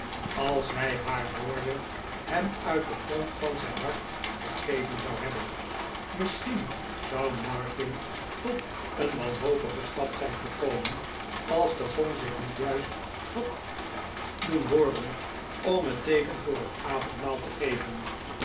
als hij haar hoorde hem uit den grond van zijn hart vergeven zon hebben miss'chien zou martin tot een wanhopigen stap zijn gekomen als de gong zich niet juist had doen hooren om het teeken voor het avondmaal te geven